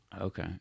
Okay